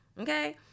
Okay